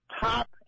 top